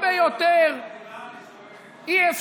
מותר לאזרח לתפוס אדמות מדינה?